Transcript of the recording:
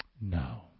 No